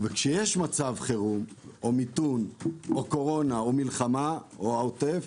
וכשיש מצב חירום או מיתון או קורונה או מלחמה או העוטף,